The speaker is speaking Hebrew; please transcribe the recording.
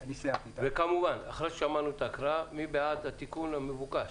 אחרי ששמענו את ההקראה, מי בעד התיקון המבוקש?